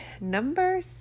number